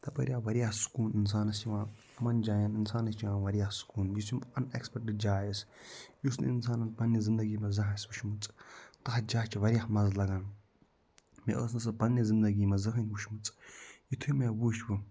تَپٲرۍ آو واریاہ سُکوٗن اِنسانَس یِوان یِمَن جایَن اِنسانَس چھِ یِوان واریاہ سُکوٗن یُس یِم اَن اٮ۪کٕسپیٚکٹِڈ جاے ٲس یُس نہٕ اِنسانَن پنٛنہِ زندگی منٛز زانٛہہ آسہِ وٕچھمٕژ تَتھ جایہِ چھِ واریاہ مَزٕ لگان مےٚ ٲس نہٕ سُہ پنٛنہِ زندگی منٛز زٕہٕنۍ وٕچھمٕژ یُتھٕے مےٚ وُچھ وۄنۍ